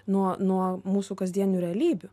nuo nuo mūsų kasdienių realybių